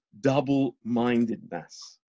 double-mindedness